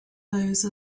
those